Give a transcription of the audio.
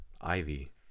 Ivy